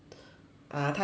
ah 她要帮